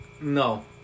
No